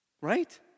right